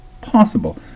possible